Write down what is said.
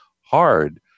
hard